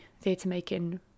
theatre-making